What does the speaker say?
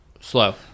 slow